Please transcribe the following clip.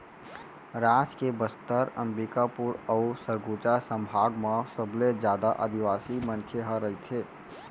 राज के बस्तर, अंबिकापुर अउ सरगुजा संभाग म सबले जादा आदिवासी मनखे ह रहिथे